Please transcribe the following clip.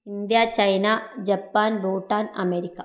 India China Japan Bhutan America